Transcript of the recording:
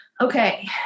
okay